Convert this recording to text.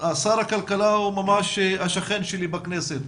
שר הכלכלה הוא ממש השכן שלי בכנסת.